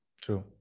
true